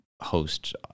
host